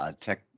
tech